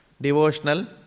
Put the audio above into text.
devotional